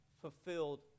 fulfilled